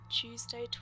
Tuesday